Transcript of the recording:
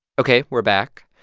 ok. we're back.